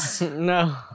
No